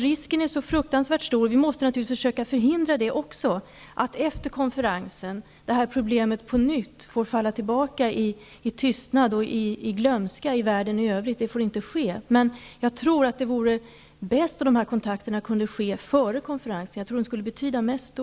Risken är fruktansvärt stor -- vi måste naturligtvis försöka förhindra det -- att det här problemet på nytt får falla tillbaka i tystnad och glömska i världen i övrigt efter konferensen. Det får inte ske. Det vore bäst om de här kontakterna kunde ske före konferensen. Jag tror att de skulle betyda mest då.